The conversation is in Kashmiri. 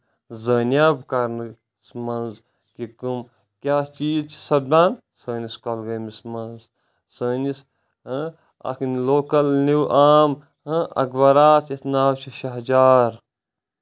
زٲنیاب کرنَس منٛز کہِ کٔم کیاہ چیٖز چھِ سَپدان سٲنِس کۄلگٲمِس منٛز سٲنِس اکھ یِم لوکل نیوعام یِم اَخبارات یَتھ ناو چھُ شہجار